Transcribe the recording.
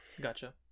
Gotcha